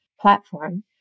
platform